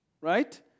right